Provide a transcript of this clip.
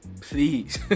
please